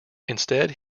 instead